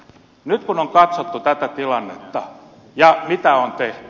nyt kun on katsottu tätä tilannetta ja mitä on tehty